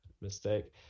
mistake